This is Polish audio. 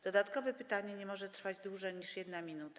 Dodatkowe pytanie nie może trwać dłużej niż 1 minutę.